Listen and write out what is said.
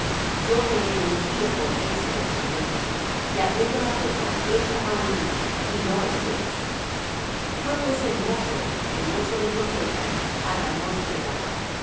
yo te he ungido por rey sobre israel y abriendo la puerta echa á huir y no esperes fué pues el mozo el mozo del profeta á ramoth de galaad y